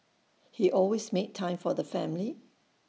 he always made time for the family